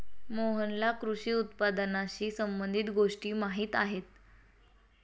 मोहनला कृषी उत्पादनाशी संबंधित गोष्टी माहीत आहेत